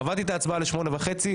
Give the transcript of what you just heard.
קבעתי את ההצבעה לשמונה וחצי,